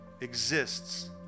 exists